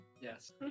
Yes